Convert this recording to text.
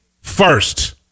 first